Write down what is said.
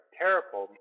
terrible